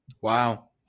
Wow